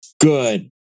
Good